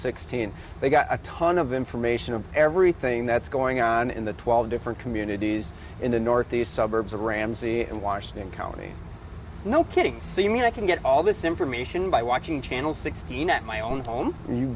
sixteen they've got a ton of information of everything that's going on in the twelve different communities in the northeast suburbs of ramsey and washington county no kidding seemingly i can get all this information by watching channel sixteen at my own home